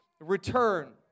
return